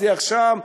מצליח שם,